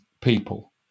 people